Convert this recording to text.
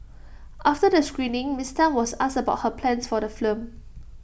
after the screening miss Tan was asked about her plans for the film